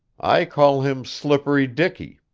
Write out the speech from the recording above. i call him slippery dicky.